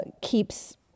keeps